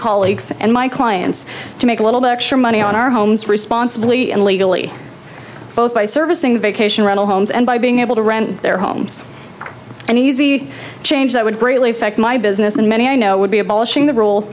colleagues and my clients to make a little bit extra money on our homes responsibly and legally both by servicing vacation rental homes and by being able to rent their homes and easy change that would greatly affect my business and many i know would be abolishing the rule